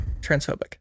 Transphobic